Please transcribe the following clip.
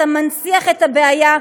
אתה מנציח את הבעיה,